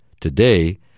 Today